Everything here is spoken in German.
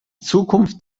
zukunft